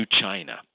china